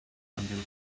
until